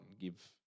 give